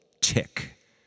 tick